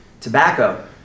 tobacco